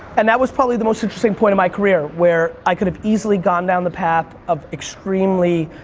and that was probably the most interesting point of my career, where i could have easily gone down the path of extremely,